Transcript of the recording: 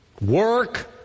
work